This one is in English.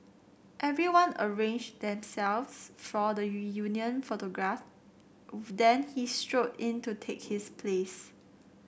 everyone arranged themselves for the reunion photograph then he strode in to take his place